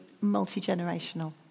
multi-generational